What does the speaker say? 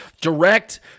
direct